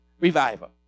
Revival